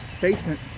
basement